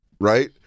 right